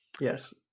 Yes